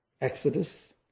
Exodus